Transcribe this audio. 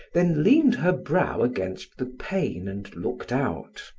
then leaned her brow against the pane and looked out.